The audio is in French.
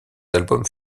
albums